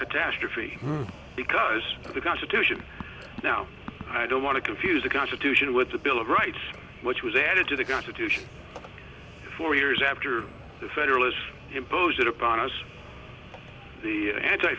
catastrophe because the constitution now i don't want to confuse the constitution with the bill of rights which was added to the got edition four years after the federalist imposed upon us the